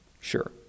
Sure